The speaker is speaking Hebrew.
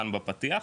כאן בפתיח,